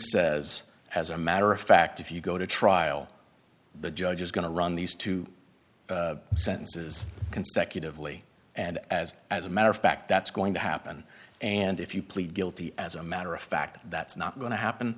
says as a matter of fact if you go to trial the judge is going to run these two sentences consecutively and as as a matter of fact that's going to happen and if you plead guilty as a matter of fact that's not going to happen